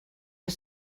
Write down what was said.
que